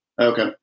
Okay